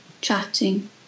chatting